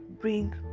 bring